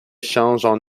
changent